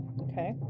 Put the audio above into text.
Okay